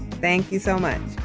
thank you so much.